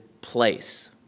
place